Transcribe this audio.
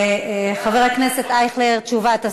חבר הכנסת אייכלר, תשובת השר.